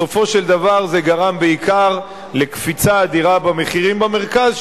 בסופו של דבר זה גרם בעיקר לקפיצה אדירה במחירים במרכז,